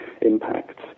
impact